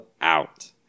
out